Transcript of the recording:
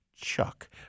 Chuck